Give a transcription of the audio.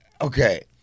Okay